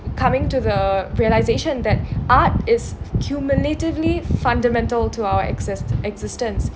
coming to the realisation that art is cumulatively fundamental to our exist~ existence